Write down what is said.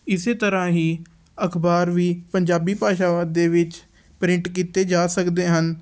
ਇਸੇ ਤਰ੍ਹਾਂ ਹੀ ਅਖਬਾਰ ਵੀ ਪੰਜਾਬੀ ਭਾਸ਼ਾਵਾਂ ਦੇ ਵਿੱਚ ਪ੍ਰਿੰਟ ਕੀਤੇ ਜਾ ਸਕਦੇ ਹਨ